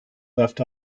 left